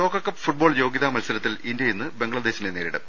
ലോകകപ്പ് ഫുട്ബോൾ യോഗ്യതാ മത്സരത്തിൽ ഇന്ത്യ ഇന്ന് ബംഗ്ലാദേശിനെ നേരിടും